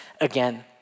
again